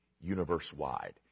universe-wide